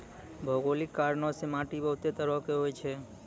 भौगोलिक कारणो से माट्टी बहुते तरहो के होय छै